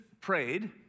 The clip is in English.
prayed